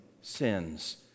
sins